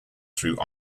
through